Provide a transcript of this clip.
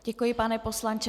Děkuji, pane poslanče.